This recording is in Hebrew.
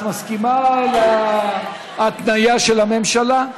את מסכימה להתניה של הממשלה?